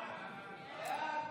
הצעת סיעת